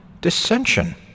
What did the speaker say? dissension